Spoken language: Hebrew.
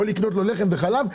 או לקנות לו לחם וחלב?